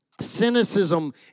cynicism